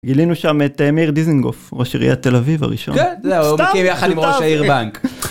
גילינו שם את מאיר דזנגוף ראש עיריית תל אביב הראשון.